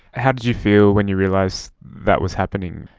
how did you feel when you realised that was happening?